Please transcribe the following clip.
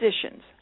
positions